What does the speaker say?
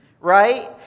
right